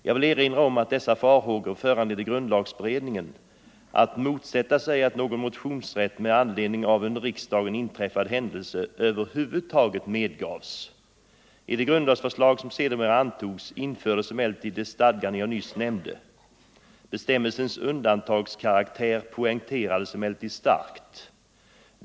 Jag vill erinra om att dessa farhågor föranledde grundlagberedningen att motsätta sig att någon motionsrätt med anledning av under riksdagen inträffad händelse över huvud taget medgavs. I det grundlagsförslag som sedermera antogs infördes emellertid det stadgande jag nyss nämnde. Bestämmelsens undantagskaraktär poängterades dock starkt.